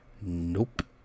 nope